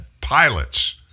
pilots